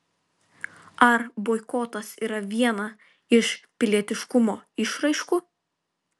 ar boikotas yra viena iš pilietiškumo išraiškų